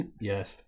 yes